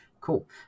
Cool